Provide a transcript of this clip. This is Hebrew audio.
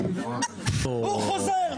הוא חוזר.